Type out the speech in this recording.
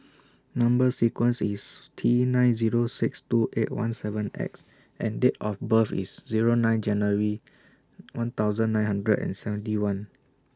Number sequence IS T nine Zero six two eight one seven X and Date of birth IS Zero nine January one thousand nine hundred and seventy one